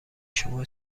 شما